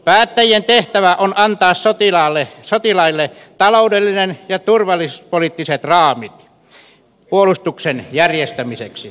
päättäjien tehtävä on antaa sotilaille taloudelliset ja turvallisuuspoliittiset raamit puolustuksen järjestämiseksi